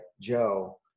Joe